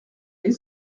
les